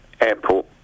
Airport